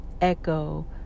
echo